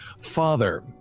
Father